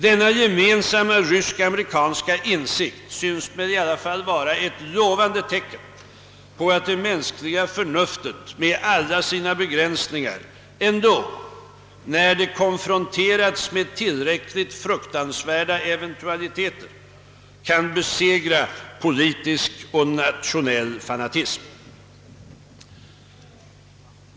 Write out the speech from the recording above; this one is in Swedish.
Denna gemensamma rysk-amerikanska insikt synes mig emellertid vara ett lovande tecken på att det mänskliga förnuftet med alla sina begränsningar ändå, när det konfronteras med tillräckligt fruktansvärda eventualiteter, kan besegra politisk och nationell fanatism.